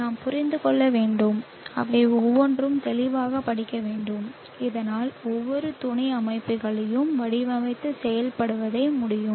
நாம் புரிந்து கொள்ள வேண்டும் அவை ஒவ்வொன்றையும் தெளிவாகப் படிக்க வேண்டும் இதனால் ஒவ்வொரு துணை அமைப்புகளையும் வடிவமைத்து செயல்படுத்த முடியும்